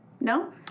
No